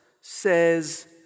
says